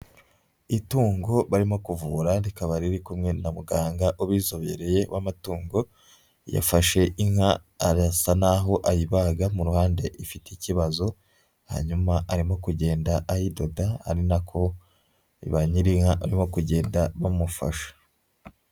Itungo barimo kuvura rikaba riri kumwe na muganga ubizobereye w'amatungo, yafashe inka arasa naho ayibaga mu ruhande ifite ikibazo, hanyuma arimo kugenda ayidoda ari nako ba nyir'inka barimo kugenda bamufasha.